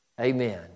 Amen